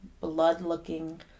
blood-looking